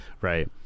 Right